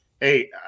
Hey